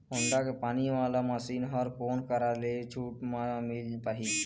Honda के पानी वाला मशीन हर कोन करा से छूट म मिल पाही?